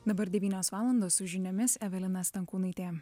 dabar devynios valandos su žiniomis evelina stankūnaitė